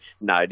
No